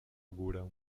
górę